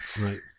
Right